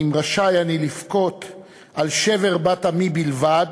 "אם רשאי אני לבכות על שבר בת עמי בלבד,